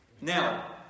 Now